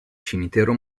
cimitero